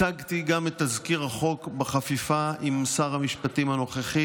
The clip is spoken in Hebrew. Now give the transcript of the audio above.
הצגתי את תזכיר החוק גם בחפיפה עם שר המשפטים הנוכחי.